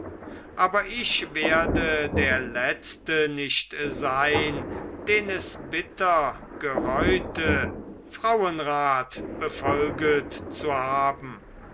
aber ich werde der letzte nicht sein den es bitter gereute frauenrat befolget zu haben